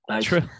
true